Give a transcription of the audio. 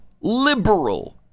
liberal